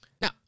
Now